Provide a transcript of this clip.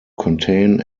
contain